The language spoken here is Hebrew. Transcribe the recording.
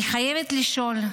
אני חייבת לשאול,